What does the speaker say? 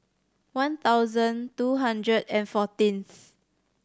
one thousand two hundred and fourteenth